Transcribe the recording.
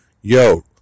Yo